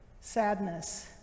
sadness